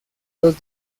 los